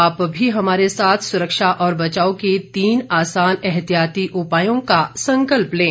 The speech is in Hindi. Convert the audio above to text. आप भी हमारे साथ सुरक्षा और बचाव के तीन आसान एहतियाती उपायों का संकल्प लें